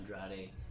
Andrade